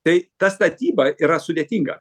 tai ta statyba yra sudėtinga